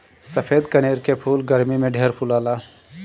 सफ़ेद कनेर के फूल गरमी में ढेर फुलाला